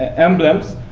emblems.